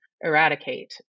eradicate